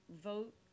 vote